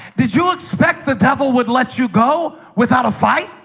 did you expect the devil would let you go without a fight?